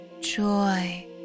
joy